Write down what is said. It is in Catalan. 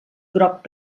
groc